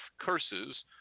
curses